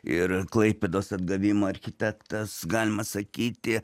ir klaipėdos atgavimo architektas galima sakyti